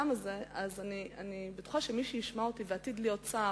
אני בטוחה שמי שישמע אותי ועתיד להיות שר,